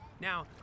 Now